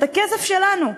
את הכסף שלנו.